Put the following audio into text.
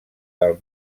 dels